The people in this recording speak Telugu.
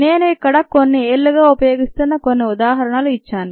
నేను ఇక్కడ కొన్ని ఏళ్లుగా ఉపయోగిస్తున్న కొన్న ఉదాహరణలు ఇచ్చాను